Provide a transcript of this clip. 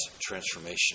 transformation